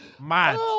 mad